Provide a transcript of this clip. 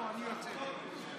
זהו, אני יוצא.